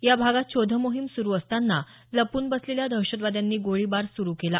या भागात शोधमोहीम सुरु असताना लपून बसलल्या दहशतवाद्यांनी गोळीबार सुरु केला